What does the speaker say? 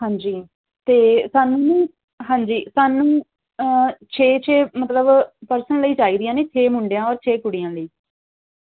ਹਾਂਜੀ ਅਤੇ ਸਾਨੂੰ ਹਾਂਜੀ ਸਾਨੂੰ ਛੇ ਛੇ ਮਤਲਬ ਪਰਸਨ ਲਈ ਚਾਹੀਦੀਆਂ ਨੇ ਛੇ ਮੁੰਡਿਆਂ ਔਰ ਛੇ ਕੁੜੀਆਂ ਲਈ